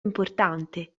importante